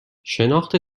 شناخت